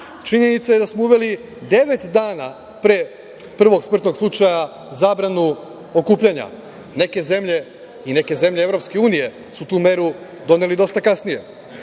stanje. Činjenica je da smo uveli devet dana pre prvog smrtnog slučaja zabranu okupljanja. Neke zemlje i neke zemlje EU su tu meru doneli dosta kasnije,